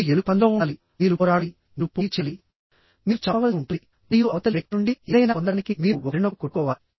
మీరు ఎలుక పందెంలో ఉండాలి మీరు పోరాడాలి మీరు పోటీ చేయాలి మీరు చంపవలసి ఉంటుంది మరియు అవతలి వ్యక్తి నుండి ఏదైనా పొందడానికి మీరు ఒకరినొకరు కొట్టుకోవాలి